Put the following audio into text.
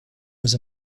was